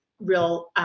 real